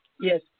Yes